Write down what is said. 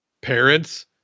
parents